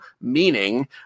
meaning